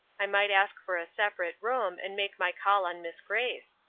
i might ask for a separate room, and make my call on miss grace.